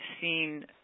seen